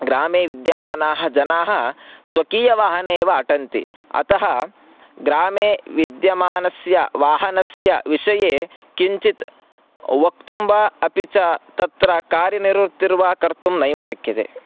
ग्रामे विद्यमानाः जनाः स्वकीयवाहने एव अटन्ति अतः ग्रामे विद्यमानस्य वाहनस्य विषये किञ्चित् वक्तुं वा अपि च तत्र कार्यनिवृत्तिर्वा कर्तुं नैव शक्यते